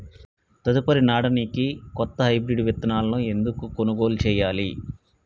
తదుపరి నాడనికి కొత్త హైబ్రిడ్ విత్తనాలను ఎందుకు కొనుగోలు చెయ్యాలి?